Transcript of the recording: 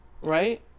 Right